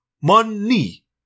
Money